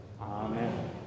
Amen